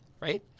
Right